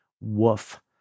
Woof